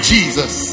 Jesus